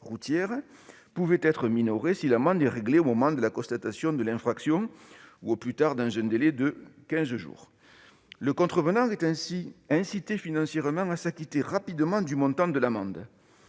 routières peut être minoré, si l'amende est réglée au moment de la constatation de l'infraction ou au plus tard dans un délai de quinze jours. Le contrevenant est ainsi incité financièrement à s'acquitter rapidement du montant de l'amende.